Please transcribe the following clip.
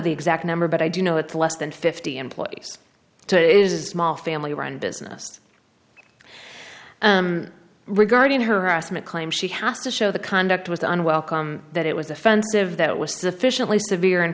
the exact number but i do know it's less than fifty employees to it is a small family run business regarding harassment claims she has to show the conduct was unwelcome that it was offensive that it was sufficiently severe and